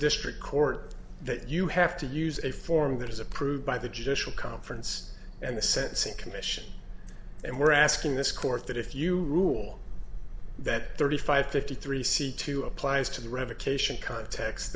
district court that you have to use a form that is approved by the judicial conference and the sentencing commission and we're asking this court that if you rule that thirty five fifty three c two applies to the revocation cont